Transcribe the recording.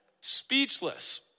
speechless